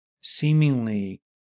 seemingly